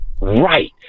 Right